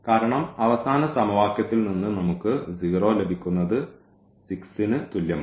കാരണം അവസാന സമവാക്യത്തിൽ നിന്ന് നമുക്ക് 0 ലഭിക്കുന്നത് 6 ന് തുല്യമാണ്